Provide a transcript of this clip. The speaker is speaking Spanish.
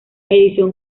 edición